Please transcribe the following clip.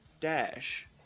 dash